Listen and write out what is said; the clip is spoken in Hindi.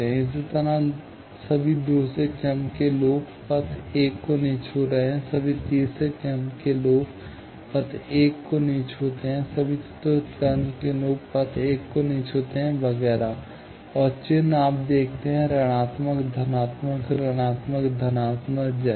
इसी तरह सभी दूसरे क्रम के लूप पथ 1 को नहीं छूते हैं सभी तीसरे क्रम लूप पथ 1 को नहीं छूते हैं सभी चतुर्थ क्रम लूप पथ 1 को नहीं छूते हैं वगैरह और चिन्ह आप देखते हैं ऋणात्मक धनात्मक ऋणात्मक धनात्मक जैसे